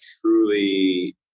truly